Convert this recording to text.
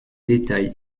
détails